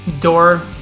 door